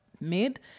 made